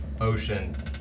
ocean